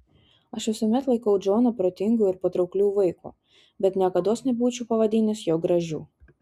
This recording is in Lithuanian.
aš visuomet laikiau džoną protingu ir patraukliu vaiku bet niekados nebūčiau pavadinęs jo gražiu